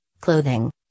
clothing